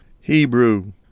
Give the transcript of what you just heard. Hebrew